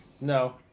No